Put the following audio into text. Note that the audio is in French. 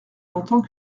longtemps